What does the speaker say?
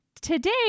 today